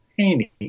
tiny